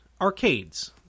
arcades